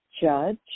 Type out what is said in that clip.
judge